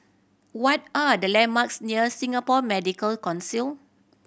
what are the landmarks near Singapore Medical Council